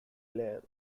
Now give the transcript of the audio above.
blair